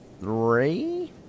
three